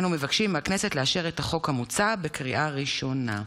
אנו מבקשים מהכנסת לאשר את החוק המוצע בקריאה ראשונה.